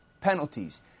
penalties